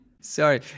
Sorry